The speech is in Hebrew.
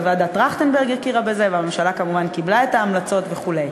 וועדת טרכטנברג הכירה בזה והממשלה כמובן קיבלה את ההמלצות וכו'.